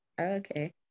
okay